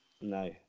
No